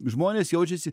žmonės jaučiasi